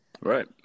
right